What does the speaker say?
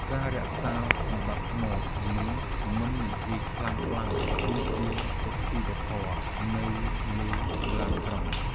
ការរក្សាសណ្តាប់ធ្នាប់ និងមិននិយាយខ្លាំងៗ គឺជាសុជីវធម៌នៅលើឡានក្រុង។